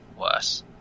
worse